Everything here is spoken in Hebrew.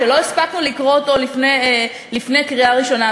שלא הספקנו לקרוא אותו לפני הקריאה הראשונה.